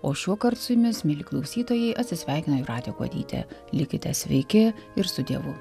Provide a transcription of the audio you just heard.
o šiuokart su jumis mieli klausytojai atsisveikina jūratė kuodytė likite sveiki ir su dievu